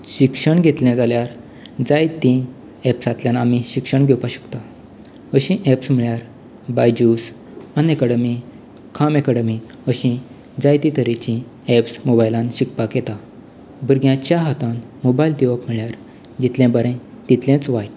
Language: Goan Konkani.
शिक्षण घेतलें जाल्यार जायतीं ऍप्सांतल्यान आमी शिक्षण घेवपाक शकतात अशीं ऍप्स म्हणल्यार बायज्यूस अनएकडमी खान एकडमी अशीं जायतीं तरेचीं ऍप्स मोबायलांत शिकपाक येतात भुरग्यांच्या हातांत मोबायल दिवप म्हणल्यार जितलें बरें तितलेंच वायट